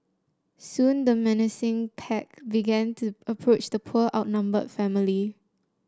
soon the menacing pack began to approach the poor outnumbered family